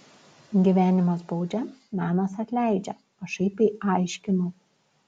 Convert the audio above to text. gyvenimas baudžia menas atleidžia pašaipiai aiškino